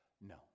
No